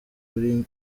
kuri